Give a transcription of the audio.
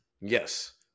Yes